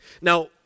Now